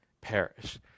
perish